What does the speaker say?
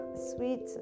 sweet